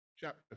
chapter